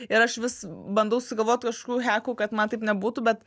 ir aš vis bandau sugalvot kažkokių hiakų kad man taip nebūtų bet